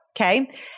okay